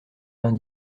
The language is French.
vingt